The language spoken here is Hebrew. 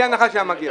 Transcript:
שהיה מגיע לו.